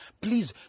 Please